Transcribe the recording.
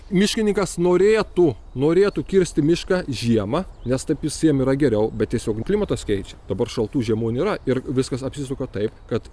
miškininkas norėtų norėtų kirsti mišką žiemą nes taip visiem yra geriau bet tiesiog klimatas keičia dabar šaltų žiemų nėra ir viskas apsisuka taip kad